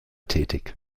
tätig